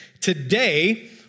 Today